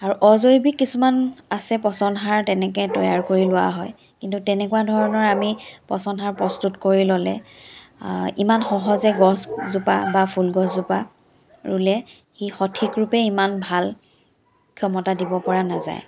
আৰু অজৈৱিক কিছুমান আছে পচন সাৰ তৈয়াৰ কৰি লোৱা হয় কিন্তু তেনেকুৱা ধৰণৰ আমি পচন সাৰ প্ৰস্তুত কৰি ল'লে ইমান সহজে গছজোপা বা ফুলগছ জোপা ৰুলে সি সঠিকৰূপে ইমান ভাল ক্ষমতা দিব পৰা নাযায়